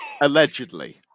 allegedly